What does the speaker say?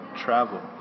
travel